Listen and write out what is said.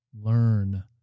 learn